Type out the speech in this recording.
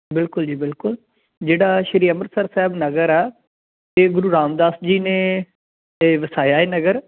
ਬਿਲਕੁਲ ਜੀ ਬਿਲਕੁਲ ਜਿਹੜਾ ਸ਼੍ਰੀ ਅੰਮ੍ਰਿਤਸਰ ਸਾਹਿਬ ਨਗਰ ਆ ਇਹ ਗੁਰੂ ਰਾਮਦਾਸ ਜੀ ਨੇ ਇਹ ਵਸਾਇਆ ਏ ਨਗਰ